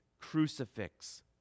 crucifix